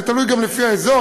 זה תלוי גם באזור,